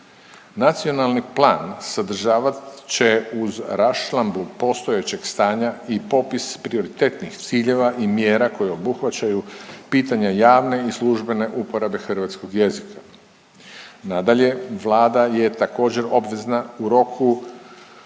Nacionalni plan sadržavat će uz raščlambu postojećeg stanja i popis prioritetnih ciljeva i mjera koje obuhvaćaju pitanja javne i službene uporabe hrvatskog jezika. Nadalje, Vlada je također obvezna u roku